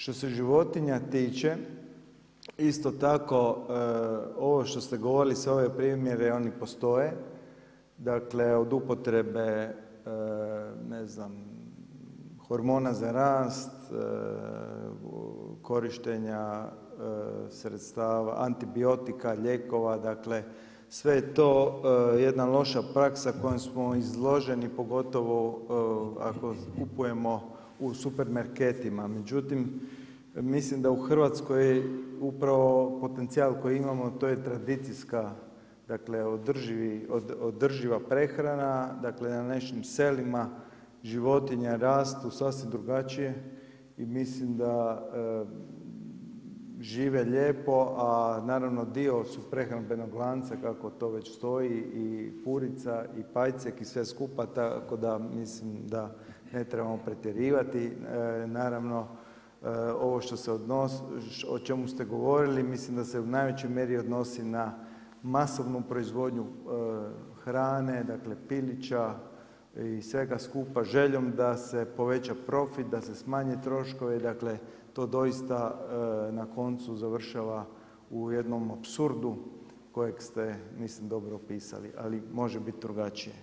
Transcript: Što se životinja tiče, isto tako ovo što ste govorili sve ove primjere, oni postoje, dakle od upotrebe ne znam, hormona za rast, korištenja sredstava antibiotika, lijekova dakle, sve to je jedna loša praksa kojom smo izloženi pogotovo ako kupujemo u supermarketima, međutim mislim da u Hrvatskoj upravo potencijal koji imamo to je tradicijska, dakle održiva prehrana, dakle na našim selima životinje rastu sasvim drugačije i mislim da žive lijepo a naravno dio su prehrambenog lanca kako to već stoji i purica i pajcek i sve skupa tako da mislim da ne trebamo pretjerivati, naravno, ovo o čemu ste govorili mislim da se u najvećoj mjeri odnosi na masovnu proizvodnju hrane, dakle pilića i svega skupa, željom da se poveća profit, da se smanji troškove, dakle to doista na koncu završava u jednom apsurdu kojeg ste mislim dobro opisali, ali može biti drugačije.